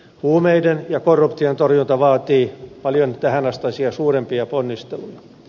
huumeiden ja korruption torjunta vaatii paljon tähänastisia suurempia ponnisteluja